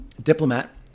diplomat